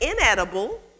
inedible